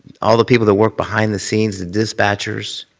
all the people that work behind the scenes, the dispatchers,